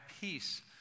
peace